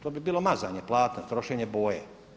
To bi bilo mazanje platna, trošenje boje.